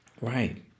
Right